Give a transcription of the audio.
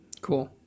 Cool